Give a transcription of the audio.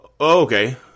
Okay